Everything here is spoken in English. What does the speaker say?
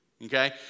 Okay